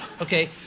Okay